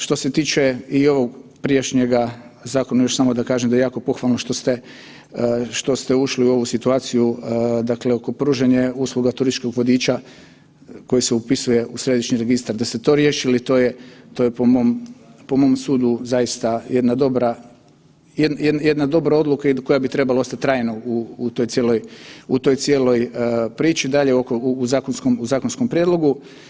Što se tiče i ovog prijašnjega zakona, još samo da kažem da je jako pohvalno što ste ušli u ovu situaciju dakle, oko pružanja usluga turističkog vodiča koji se upisuje u Središnji registar, da ste to riješili, to je po mom sudu zaista jedna dobra, jedna dobra odluka koja bi trebala ostati trajno u toj cijeloj priči dalje u zakonskom prijedlogu.